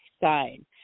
sign